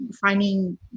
finding